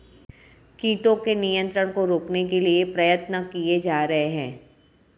कीटों के नियंत्रण को रोकने के लिए प्रयत्न किये जा रहे हैं